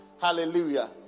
Hallelujah